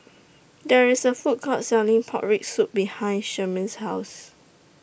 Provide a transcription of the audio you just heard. There IS A Food Court Selling Pork Rib Soup behind Sherman's House